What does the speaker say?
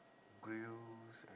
grills a~